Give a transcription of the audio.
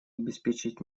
обеспечить